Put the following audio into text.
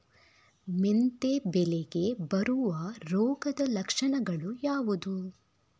ಮೆಂತೆ ಬೆಳೆಗೆ ಬರುವ ರೋಗದ ಲಕ್ಷಣಗಳು ಯಾವುದು?